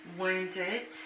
wounded